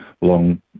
long